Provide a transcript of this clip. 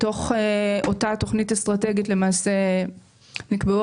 בתוך אותה תכנית אסטרטגית למעשה נקבעו